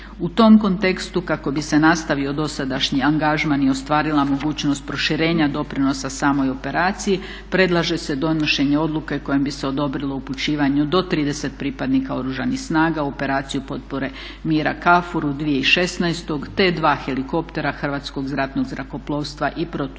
U tom kontekstu kako bi se nastavio dosadašnji angažman i ostvarila mogućnost proširenja doprinosa samoj operaciji, predlaže se donošenje odluke kojom bi se odobrilo upućivanje do 30 pripadnika Oružanih snaga u operaciju potpore mira KFOR-u 2016. te dva helikoptera Hrvatskog ratnog zrakoplovstva i protuzračne